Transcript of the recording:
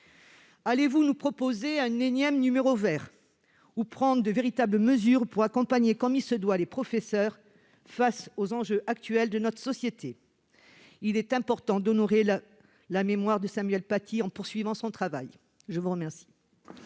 Allez-vous proposer un énième numéro vert ou prendre de véritables mesures pour accompagner comme il se doit les professeurs face aux enjeux actuels ? Il est important d'honorer la mémoire de Samuel Paty en poursuivant son travail. La parole